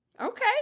Okay